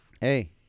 Hey